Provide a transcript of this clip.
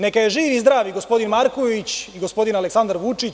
Neka je živ i zdrav i gospodin Marković i gospodin Aleksandar Vučić.